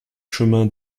chemin